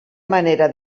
manera